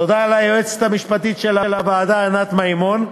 תודה ליועצת המשפטית של הוועדה ענת מימון,